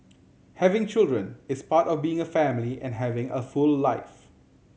having children is part of being a family and having a full life